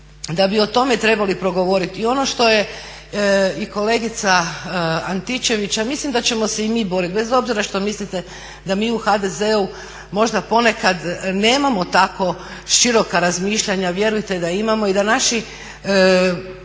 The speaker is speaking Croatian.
da bi o tome trebali progovoriti. I ono što je i kolegica Antičević, a mislim da ćemo se i mi boriti, bez obzira što mislite da mi u HDZ-u možda ponekad nema tako široka razmišljanja, vjerujte da imamo i da naši